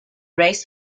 race